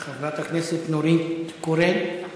חברת הכנסת נורית קורן.